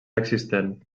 existent